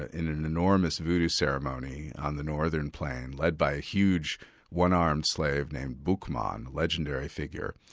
ah in an enormous voodoo ceremony on the northern plain, led by a huge one-armed slave named boukman, legendary figure,